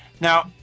Now